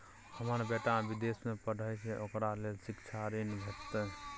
हमर बेटा विदेश में पढै छै ओकरा ले शिक्षा ऋण भेटतै?